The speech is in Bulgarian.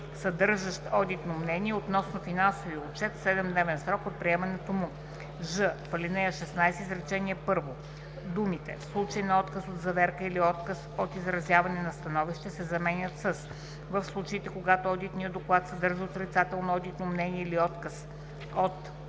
„съдържащ одитно мнение относно финансовия отчет в 7-дневен срок от приемането му“; ж) в ал. 16, изречение първо думите „В случай на отказ за заверка или на отказ от изразяване на становище“ се заменят с „В случаите, когато одитният доклад съдържа отрицателно одитно мнение или отказ от